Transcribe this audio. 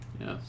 Yes